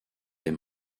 est